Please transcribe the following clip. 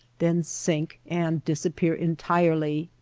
then sink and disappear entirely.